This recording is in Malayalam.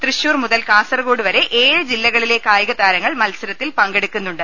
തൃശ്ശൂർ മുതൽ കാസർഗോഡുപ്രവർ ഏഴ് ജില്ലകളിലെ കായിക താരങ്ങൾ മത്സരത്തിൽ പങ്കെടുക്കുന്നുണ്ട്